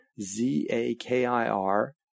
Z-A-K-I-R